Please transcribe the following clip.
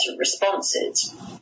responses